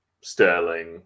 Sterling